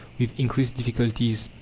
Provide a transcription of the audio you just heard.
with increased difficulties.